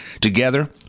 Together